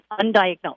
undiagnosed